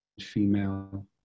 female